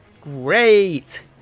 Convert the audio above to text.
Great